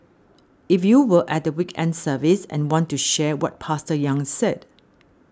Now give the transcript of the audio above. if you were at the weekend service and want to share what Pastor Yang said